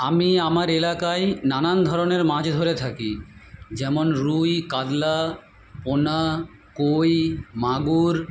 আমি আমার এলাকায় নানান ধরনের মাছ ধরে থাকি যেমন রুই কাতলা পোনা কই মাগুর